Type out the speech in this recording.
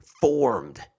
formed